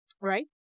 right